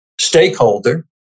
stakeholder